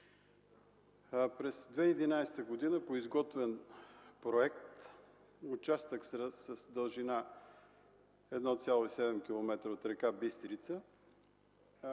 През 2011 г. по изготвен проект участък с дължина 1,7 км от река Бистрица